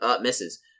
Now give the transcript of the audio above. misses